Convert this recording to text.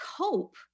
cope